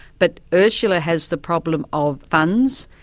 but ursula has the problem of funds,